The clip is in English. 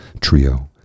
trio